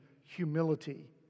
humility